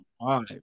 five